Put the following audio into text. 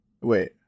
Wait